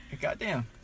Goddamn